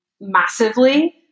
massively